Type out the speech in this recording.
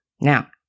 Now